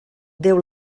déu